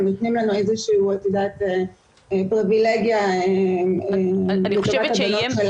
הם נותנים לנו איזו שהיא פריבילגיה --- הבנות שלנו.